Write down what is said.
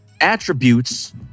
attributes